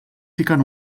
ficant